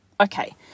Okay